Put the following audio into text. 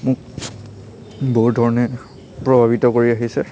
মোক বহুত ধৰণে প্ৰভাৱিত কৰি আহিছে